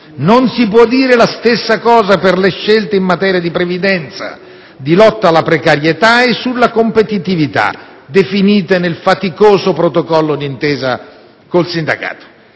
Non si può dire la stessa cosa per le scelte in materia di previdenza, di lotta alla precarietà e sulla competitività, definite nel faticoso protocollo d'intesa col sindacato.